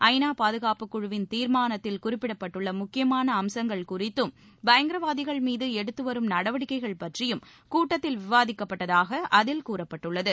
ஐநா பாதுகாப்பு குழுவின் தீர்மானத்தில் குறிப்பிட்டுள்ள முக்கியமான அம்சங்கள் குறித்தும் பயங்கரவாதிகள் மீது எடுத்துவரும் நடவடிக்கைகள் பற்றியும் கூட்டத்தில் விவாதிக்கப்பட்டதாக அதில் கூறப்பட்டுள்ளது